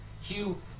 Hugh